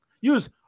Use